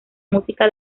música